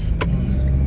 mm